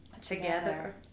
together